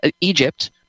Egypt